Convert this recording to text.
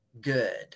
good